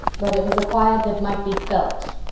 but it was a quiet that might be felt.